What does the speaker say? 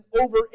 over